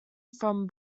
from